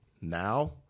Now